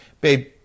babe